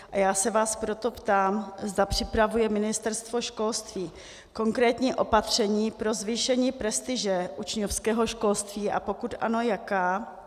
A já se vás proto ptám, zda připravuje Ministerstvo školství konkrétní opatření pro zvýšení prestiže učňovského školství, a pokud ano, jaká.